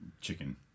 chicken